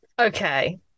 Okay